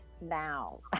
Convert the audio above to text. now